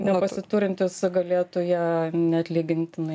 nepasiturintys galėtų ja neatlygintinai